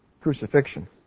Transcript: crucifixion